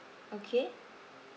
okay